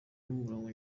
n’umurongo